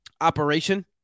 operation